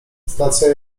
stacja